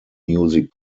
music